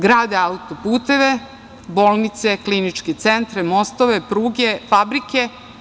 Grade autoputeve, bolnice, kliničke centre, mostove, pruge, fabrike.